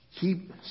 Keep